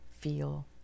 feel